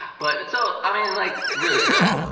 but so i mean like really though.